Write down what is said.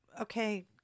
okay